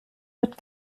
mit